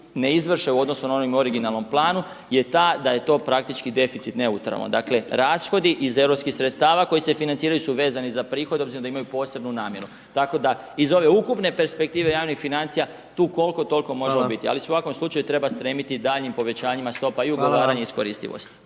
ne izvrše u odnosu na onom originalnom planu, je ta da je to praktički deficit neutralan. Dakle, rashodi iz europskih sredstava koji se financiraju su vezani za prihod obzirom suda imaju posebnu namjenu. Tako da iz ove ukupne perspektive javnih financija tu koliko toliko …/Upadica: Hvala/…možemo biti…/Govornik se ne razumije/…, ali u svakom slučaju treba stremiti daljnjim povećanjima stopa …/Upadica: Hvala/… i ugovaranje iskoristivosti.